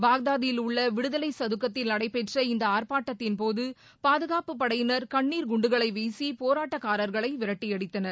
பாக்தாத்தில் உள்ள விடுதலை சதுக்கத்தில் நடைபெற்ற இந்த ஆர்ப்பாட்டத்தின் போது பாதுகாப்புப் படையினர் கண்ணீர் குண்டுகளை வீசி போராட்டக்காரர்களை விரட்டியத்தனர்